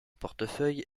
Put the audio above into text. portefeuille